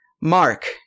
Mark